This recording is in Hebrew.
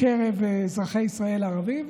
מקרב אזרחי ישראל הערבים,